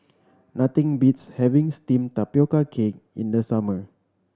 nothing beats having steamed tapioca cake in the summer